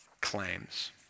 claims